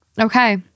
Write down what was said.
okay